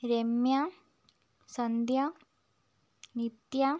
Ramya Sandhya Nithya